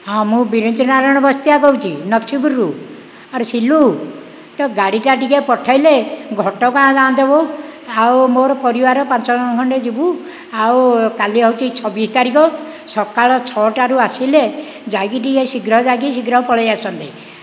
ହଁ ମୁଁ ବିରଞ୍ଜିନାରାୟଣ ବସ୍ତିଆ କହୁଛି ନଛିପୁରରୁ ଆରେ ସିଲୁ ତୋ ଗାଡ଼ିଟା ଟିକିଏ ପଠେଇଲେ ଘଟଗାଁ ଯାଆନ୍ତେ ମ ଆଉ ମୋର ପରିବାର ପାଞ୍ଚଜଣ ଖଣ୍ଡେ ଯିବୁ ଆଉ କାଲି ହେଉଛି ଛବିଶ ତାରିଖ ସକାଳ ଛଅଟାରୁ ଆସିଲେ ଯାଇକି ଟିକିଏ ଶୀଘ୍ର ଯାଇକି ଶୀଘ୍ର ପଳେଇଆସନ୍ତେ